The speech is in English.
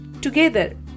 Together